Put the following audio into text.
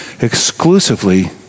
exclusively